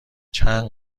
چند